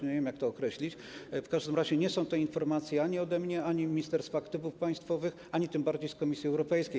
Nie wiem, jak to określić, w każdym razie nie są to informacje ani ode mnie, ani z Ministerstwa Aktywów Państwowych, ani tym bardziej z Komisji Europejskiej.